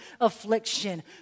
affliction